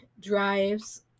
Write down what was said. drives